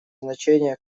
значение